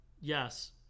Yes